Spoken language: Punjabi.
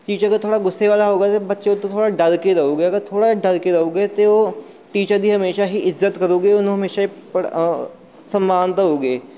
ਟੀਚਰ ਅਗਰ ਥੋੜ੍ਹਾ ਗੁੱਸੇ ਵਾਲਾ ਹੋਵੇਗਾ ਤਾਂ ਬੱਚੇ ਉਹ ਤੋਂ ਥੋੜ੍ਹਾ ਡਰ ਕੇ ਰਹੂਗੇ ਅਗਰ ਥੋੜ੍ਹਾ ਡਰ ਕੇ ਰਹੂਗੇ ਅਤੇ ਉਹ ਟੀਚਰ ਦੀ ਹਮੇਸ਼ਾਂ ਹੀ ਇੱਜ਼ਤ ਕਰੁਗੇ ਉਹਨੂੰ ਹਮੇਸ਼ਾਂ ਹੀ ਪੜਾ ਸਮਾਨ ਦਉਗੇ